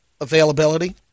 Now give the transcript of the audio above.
availability